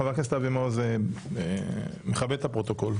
חבר הכנסת אבי מעוז מכבד את הפרוטוקול.